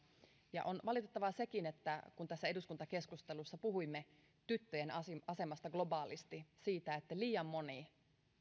ja on valitettavaa sekin että kun tässä eduskuntakeskustelussa puhuimme tyttöjen asemasta globaalisti siitä että liian moni